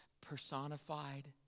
personified